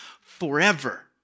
forever